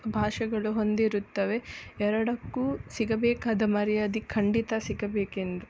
ಭಾಷೆಗಳು ಹೊಂದಿರುತ್ತವೆ ಎರಡಕ್ಕೂ ಸಿಗಬೇಕಾದ ಮರ್ಯಾದೆ ಖಂಡಿತ ಸಿಗಬೇಕೆಂದು